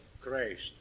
Christ